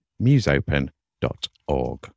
museopen.org